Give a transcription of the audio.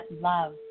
love